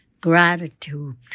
gratitude